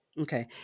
Okay